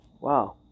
wow